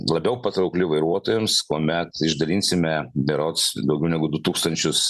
labiau patraukli vairuotojams kuomet išdalinsime berods daugiau negu du tūkstančius